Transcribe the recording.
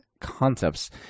concepts